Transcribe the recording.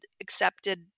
accepted